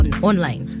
online